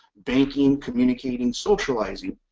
banking, communicating, socializing.